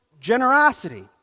generosity